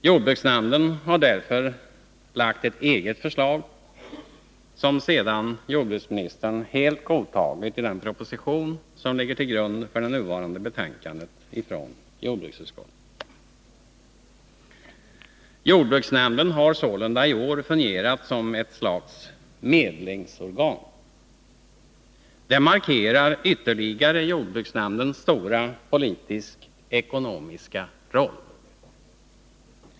Jordbruksnämnden har därför lagt fram ett eget förslag, som sedan jordbruksministern helt godtagit i den proposition som ligger till grund för det nu förevarande betänkandet från jordbruksutskottet. Jordbruksnämnden har sålunda i år fungerat som ett slags medlingsorgan. Det markerar ytterligare jordbruksnämndens stora politisk-ekonomiska roll.